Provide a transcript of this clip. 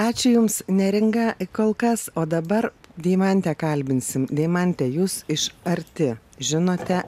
ačiū jums neringa kol kas o dabar deimantę kalbinsim deimante jūs iš arti žinote